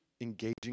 Engaging